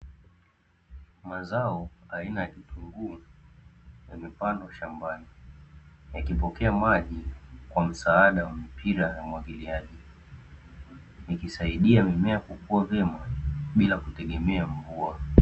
Mazao aina ya kitunguu yamepandwa shambani, yakipokea maji kwa msaada wa mipira ya umwagiliaji, ikisaidia mimea kukua vyema bila kutegemea mvua.